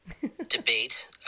debate